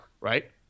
right